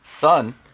Son